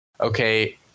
okay